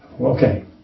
Okay